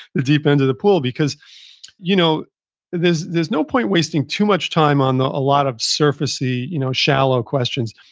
the deep end of the pool because you know there's there's no point wasting too much time on a lot of surfacey, you know shallow questions.